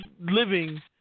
living